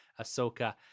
Ahsoka